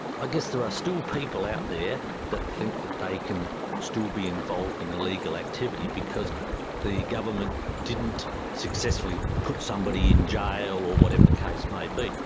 guess there are ah still people out there that think that they can still be involved in illegal activity because the government didn't successfully put somebody in jail or whatever the case may be.